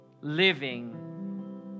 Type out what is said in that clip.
living